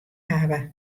hawwe